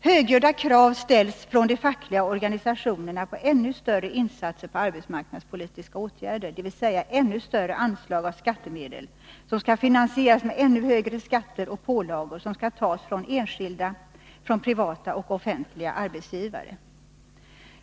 Högljudda krav ställs från de fackliga organisationerna på ännu större satsningar på arbetsmarknadspolitiska åtgärder, dvs. ännu större anslag av skattemedel, som skall finansieras med ännu högre skatter och pålagor, som skall tas från enskilda, privata och offentliga arbetsgivare.